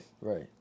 right